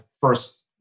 first